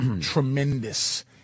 tremendous